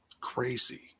crazy